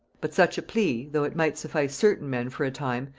but such a plea, though it might suffice certain men for a time,